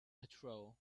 patrol